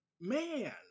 man